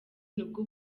nibwo